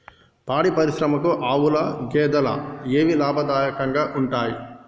పాడి పరిశ్రమకు ఆవుల, గేదెల ఏవి లాభదాయకంగా ఉంటయ్?